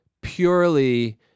purely